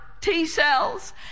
T-cells